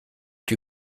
die